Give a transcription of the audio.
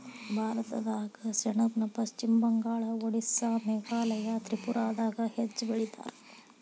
ಭಾರತದಾಗ ಸೆಣಬನ ಪಶ್ಚಿಮ ಬಂಗಾಳ, ಓಡಿಸ್ಸಾ ಮೇಘಾಲಯ ತ್ರಿಪುರಾದಾಗ ಹೆಚ್ಚ ಬೆಳಿತಾರ